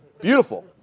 Beautiful